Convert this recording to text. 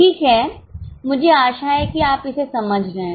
ठीक है मुझे आशा है कि आप इसे समझ रहे हैं